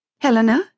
Helena